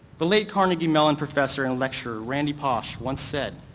the late carnegie mellon professor and lecturer randy pausch once said,